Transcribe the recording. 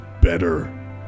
better